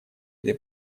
этой